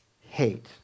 hate